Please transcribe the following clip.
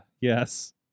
yes